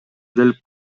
келип